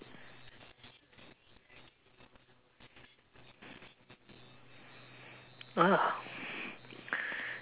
ah